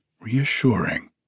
reassuring